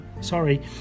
sorry